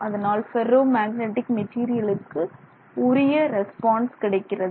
அதனால் ferro magnetic மெட்டீரியலுக்கு உரிய ரெஸ்பான்ஸ் கிடைக்கிறது